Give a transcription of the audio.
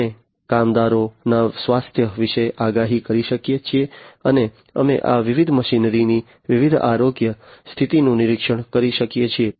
અમે કામદારોના સ્વાસ્થ્ય વિશે આગાહી કરી શકીએ છીએ અને અમે આ વિવિધ મશીનરીની વિવિધ આરોગ્ય સ્થિતિનું નિરીક્ષણ કરી શકીએ છીએ